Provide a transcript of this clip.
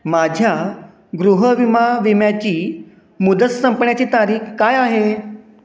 माझ्या गृह विमा विम्याची मुदत संपण्याची तारीख काय आहे